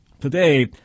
Today